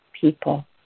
people